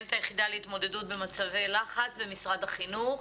מנהלת היחידה להתמודדות במצבי לחץ במשרד החינוך.